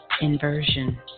inversion